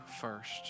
first